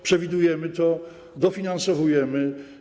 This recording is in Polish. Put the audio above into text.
Przewidujemy to, dofinansowujemy.